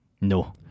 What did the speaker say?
No